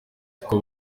siko